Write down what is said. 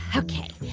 ok.